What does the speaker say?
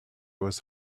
was